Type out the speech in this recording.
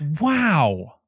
wow